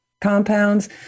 compounds